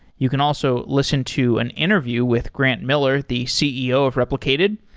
you can also listen to an interview with grant miller, the ceo of replicated,